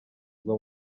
ugwa